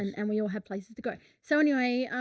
and and we all have places to go. so anyway.